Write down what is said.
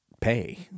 pay